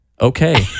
okay